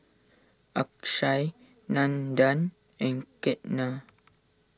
Akshay Nandan and Ketna